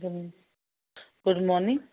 Gul good morning